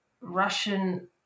Russian